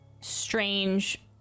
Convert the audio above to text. strange